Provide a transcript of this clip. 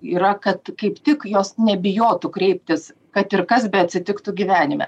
yra kad kaip tik jos nebijotų kreiptis kad ir kas beatsitiktų gyvenime